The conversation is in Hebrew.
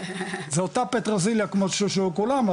זה אותה פטרוזיליה כמו של כולם,